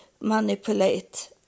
manipulate